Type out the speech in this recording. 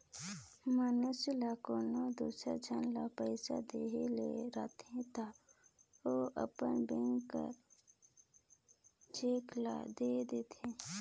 मइनसे ल कोनो दूसर झन ल पइसा देहे ले रहथे ता ओ अपन बेंक कर चेक ल दे देथे